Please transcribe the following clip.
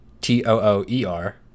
T-O-O-E-R